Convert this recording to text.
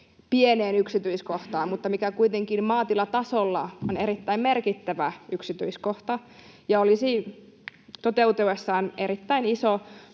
pieneen yksityiskohtaan, mikä kuitenkin maatilatasolla on erittäin merkittävä yksityiskohta ja olisi toteutuessaan erittäin iso